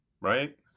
Right